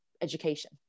education